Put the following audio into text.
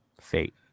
Fate